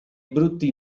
brutti